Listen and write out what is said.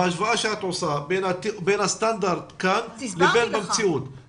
בהשוואה שאת עושה בין הסטנדרט כאן לבין המציאות,